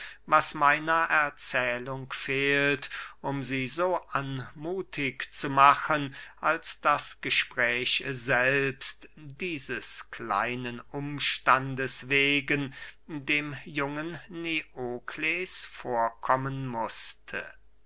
was meiner erzählung fehlt um sie so anmuthig zu machen als das gespräch selbst dieses kleinen umstandes wegen dem jungen neokles vorkommen mußte